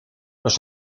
los